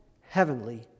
heavenly